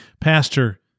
Pastor